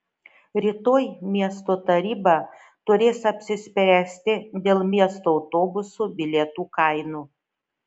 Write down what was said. rytoj miesto taryba turės apsispręsti dėl miesto autobusų bilietų kainų